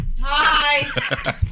Hi